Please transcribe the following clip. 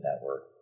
network